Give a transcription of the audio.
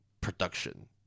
production